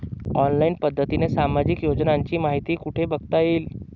Online पद्धतीने सामाजिक योजनांची माहिती कुठे बघता येईल?